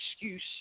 excuse